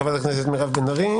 חברת הכנסת מירב בן ארי.